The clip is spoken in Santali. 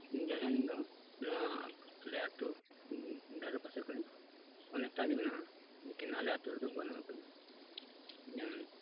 ᱛᱮᱦᱤᱧ ᱫᱚ ᱱᱚᱣᱟ ᱟᱞᱮ ᱟᱹᱛᱩ ᱫᱷᱟᱨᱮ ᱯᱟᱥᱮ ᱠᱚᱨᱮ ᱚᱱᱮᱠᱴᱟ ᱜᱮ ᱢᱮᱱᱟᱜᱼᱟ ᱮᱠᱮᱱ ᱟᱞᱮ ᱟᱹᱛᱩ ᱨᱮᱫᱚ ᱵᱟᱹᱱᱩᱜ ᱠᱟᱫᱟ ᱤᱧᱟᱹᱝ